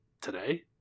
today